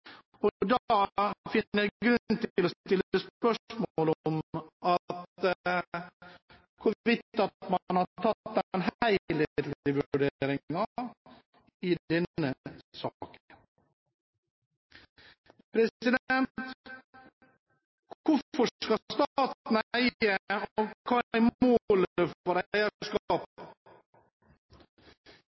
grunn til å stille spørsmål om hvorvidt man har tatt den helhetlige vurderingen i denne saken. Hvorfor skal staten eie, og hva er